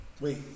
Wait